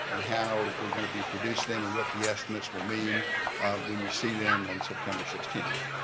and how we're going to be producing them, and what the estimates will mean when you see them on september sixteenth.